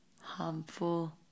harmful